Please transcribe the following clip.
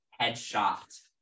headshot